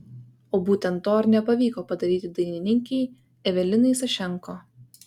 o būtent to ir nepavyko padaryti dainininkei evelinai sašenko